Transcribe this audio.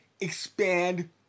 expand